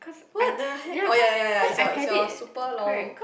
what the hack oh ya ya ya is your is your super long